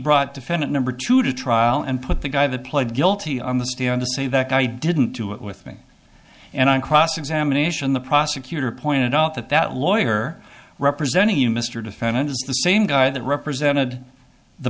brought defendant number two to trial and put the guy that pled guilty on the stand the say that i didn't do it with me and on cross examination the prosecutor pointed out that that lawyer representing you mr defendant is the same guy that represented the